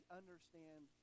understand